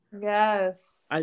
Yes